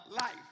life